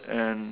and